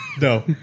No